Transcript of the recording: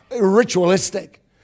ritualistic